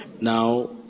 Now